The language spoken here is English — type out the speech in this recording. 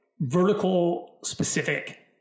vertical-specific